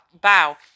bow